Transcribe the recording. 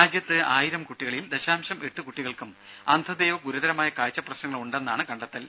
രാജ്യത്ത് ആയിരം കുട്ടികളിൽ ദശാംശം എട്ട് കുട്ടികൾക്കും അന്ധതയോ ഗുരുതരമായ കാഴ്ച പ്രശ്നങ്ങളോ ഉണ്ടെന്നാണ് കണ്ടെത്തൽ